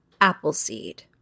Appleseed